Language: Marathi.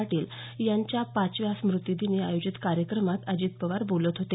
पाटील यांच्या पाचव्या स्मृतिदिनी आयोजित कार्यक्रमात अजित पवार बोलत होते